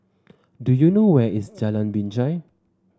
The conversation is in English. do you know where is Jalan Binjai